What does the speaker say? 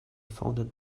founded